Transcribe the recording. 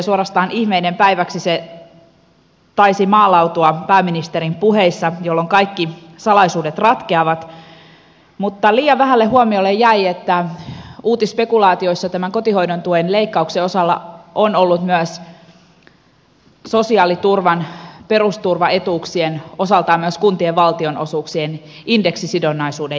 suorastaan ihmeiden päiväksi se taisi maalautua pääministerin puheissa päiväksi jolloin kaikki salaisuudet ratkeavat mutta liian vähälle huomiolle jäi että uutisspekulaatioissa tämän kotihoidon tuen leikkauksen ohella on ollut myös sosiaaliturvan perusturvaetuuksien osaltaan myös kuntien valtionosuuksien indeksisidonnaisuuden jäädyttäminen